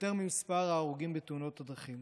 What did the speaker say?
יותר ממספר ההרוגים בתאונות הדרכים.